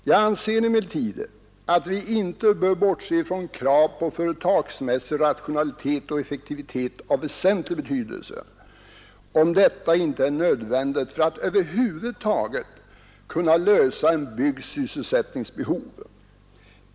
Jag anser emellertid att vi inte bör bortse från krav på företagsmässig rationalitet och effektivitet av väsentlig betydelse, om detta inte är nödvändigt för att över huvud taget kunna tillgodose en bygds sysselsättningsbehov.